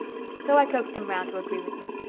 so i coaxed him round to agree with me.